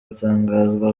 gutangazwa